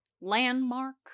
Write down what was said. landmark